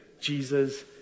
Jesus